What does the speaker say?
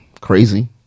crazy